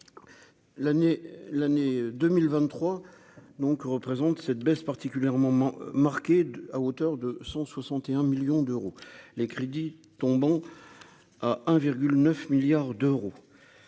l'année 2023 donc que représente cette baisse particulièrement marquée de à hauteur de 161 millions d'euros les crédits, tombant à 1 virgule 9 milliards d'euros,